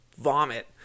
vomit